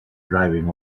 driving